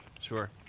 sure